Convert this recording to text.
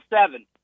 seven